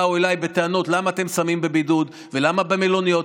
באתם אליי בטענות למה אתם שמים בבידוד ולמה במלוניות.